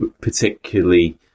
particularly